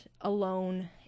alone